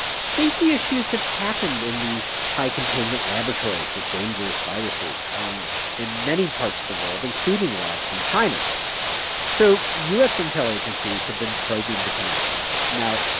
safety issues have happened in these high-containment laboratories with dangerous viruses um in many parts of the world, including labs in china so u s. intel agencies have been probing the connection. now,